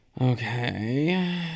Okay